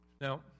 Now